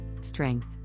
strength